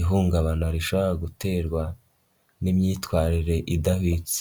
ihungabana rishobora guterwa n'imyitwarire idahwitse.